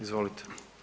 Izvolite.